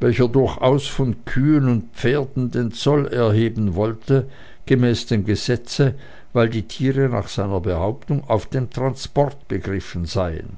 welcher durchaus von kühen und pferden den zoll erheben wollte gemäß dem gesetze weil die tiere nach seiner behauptung auf dem transport begriffen seien